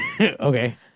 Okay